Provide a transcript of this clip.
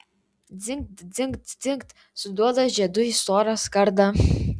dzingt dzingt dzingt suduoda žiedu į storą skardą